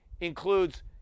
includes